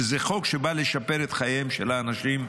שזה חוק שבא לשפר את חייהם של האנשים,